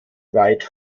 wide